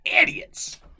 idiots